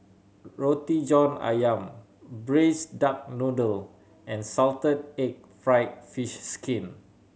Roti John Ayam Braised Duck Noodle and salted egg fried fish skin